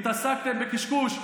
התעסקתם בקשקוש.